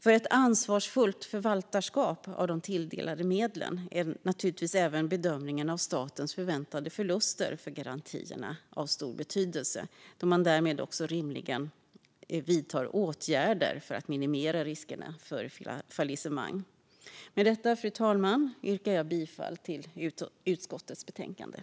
För ett ansvarsfullt förvaltarskap av de tilldelade medlen är naturligtvis även bedömningen av statens förväntade förluster för garantierna av stor betydelse, då man därmed också rimligen vidtar åtgärder för att minimera riskerna för fallissemang. Med detta, fru talman, yrkar jag bifall till utskottets förslag i betänkandet.